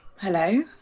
hello